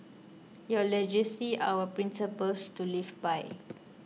your legacy our principles to live by